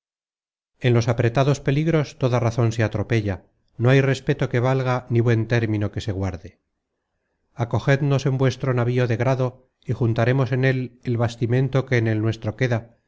en los apretados peligros toda razon content from google book search generated at se atropella no hay respeto que valga ni buen término que se guarde acogednos en vuestro navío de grado y juntaremos en él el bastimento que en el nuestro queda